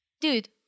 Dude